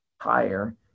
higher